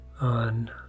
on